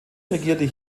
regierte